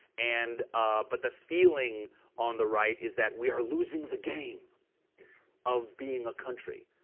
and but the feeling on the right is that we are losing the game of being a country.